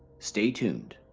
stay tuned.